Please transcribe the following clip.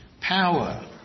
power